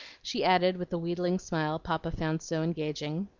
she added with the wheedling smile papa found so engaging